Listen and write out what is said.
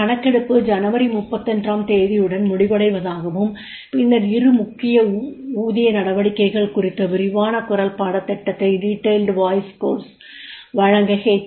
கணக்கெடுப்பு ஜனவரி 31 ஆம் தேதியுடன் முடிவடைவதாகவும் பின்னர் இரு முக்கிய ஊதிய நடவடிக்கைகள் குறித்த விரிவான குரல் பாடத்திட்டத்தை வழங்க எச்